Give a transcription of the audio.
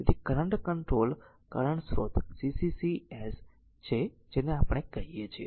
તેથી તે current controlled current સ્રોત CCCS છે જેને આપણે કહીએ છીએ